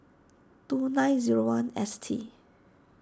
two nine zero one S T